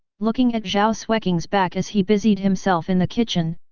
looking at zhao xueqing's back as he busied himself in the kitchen,